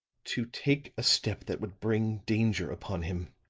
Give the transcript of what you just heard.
to take a step that would bring danger upon him.